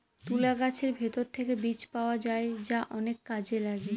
তুলা গাছের ভেতর থেকে বীজ পাওয়া যায় যা অনেক কাজে লাগে